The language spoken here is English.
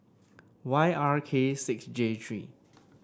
Y R K six J three